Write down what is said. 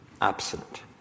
absent